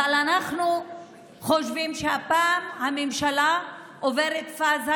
אבל אנחנו חושבים שהפעם הממשלה עוברת פאזה,